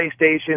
PlayStation